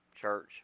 church